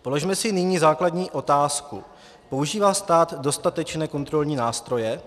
Položme si nyní základní otázku: Používá stát dostatečné kontrolní nástroje?